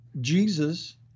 jesus